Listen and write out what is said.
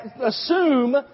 assume